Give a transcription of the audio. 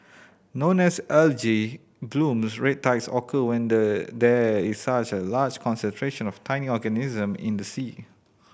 known as algae blooms red tides occur when there there is such a large concentration of tiny organisms in the sea